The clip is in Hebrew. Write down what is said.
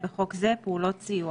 לגורם מוסמך בשירות (בחוק זה - לחולהבקשה לקבלת סיוע).